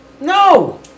no